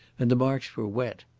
and the marks were wet.